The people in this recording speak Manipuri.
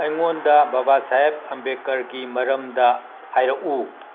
ꯑꯩꯉꯣꯟꯗ ꯕꯕꯥꯁꯥꯍꯦꯕ ꯑꯝꯕꯦꯗꯀꯔꯒꯤ ꯃꯔꯝꯗ ꯍꯥꯏꯔꯛꯎ